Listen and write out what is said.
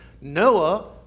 Noah